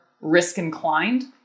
risk-inclined